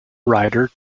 rider